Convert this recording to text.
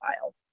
filed